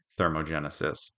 thermogenesis